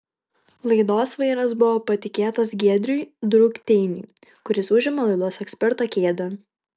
laidos vairas buvo patikėtas giedriui drukteiniui kuris užima laidos eksperto kėdę